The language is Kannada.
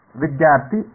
ವಿದ್ಯಾರ್ಥಿ ಆರ್